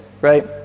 right